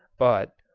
but,